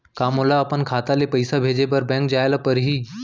का मोला अपन खाता ले पइसा भेजे बर बैंक जाय ल परही?